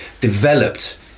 developed